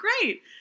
Great